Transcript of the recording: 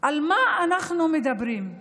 על מה אנחנו מדברים,